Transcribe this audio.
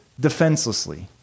defenselessly